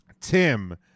Tim